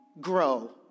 grow